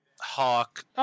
hawk